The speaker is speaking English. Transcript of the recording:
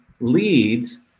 leads